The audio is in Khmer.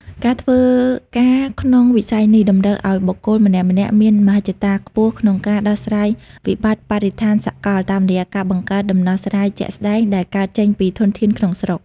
ការធ្វើការក្នុងវិស័យនេះតម្រូវឱ្យបុគ្គលម្នាក់ៗមានមហិច្ឆតាខ្ពស់ក្នុងការដោះស្រាយវិបត្តិបរិស្ថានសកល តាមរយៈការបង្កើតដំណោះស្រាយជាក់ស្ដែងដែលកើតចេញពីធនធានក្នុងស្រុក។